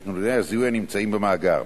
לבין נתוני הזיהוי הנמצאים במאגר.